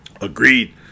Agreed